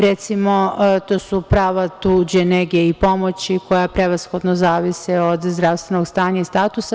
Recimo, to su prava tuđe nege i pomoći koja prevashodno zavise od zdravstvenog stanja i statusa.